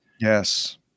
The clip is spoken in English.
Yes